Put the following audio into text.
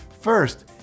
First